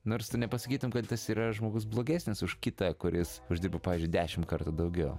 nors tu nepasakytum kad tas yra žmogus blogesnis už kitą kuris uždirba pavyzdžiui dešimt kartų daugiau